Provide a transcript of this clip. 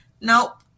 Nope